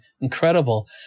Incredible